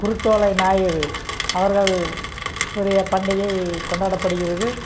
குருத்தோலை ஞாயிறு அவர்கள் கூடிய பண்டிகை கொண்டாடப்படுகிறது